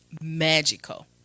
magical